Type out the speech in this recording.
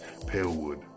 Palewood